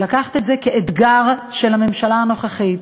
לקחת את זה כאתגר של הממשלה הנוכחית,